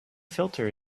filter